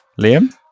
liam